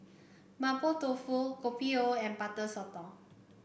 Mapo Tofu Kopi O and Butter Sotong